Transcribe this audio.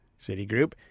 Citigroup